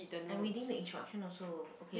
I'm reading the instruction also okay